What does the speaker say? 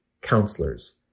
counselors